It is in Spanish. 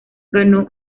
ganó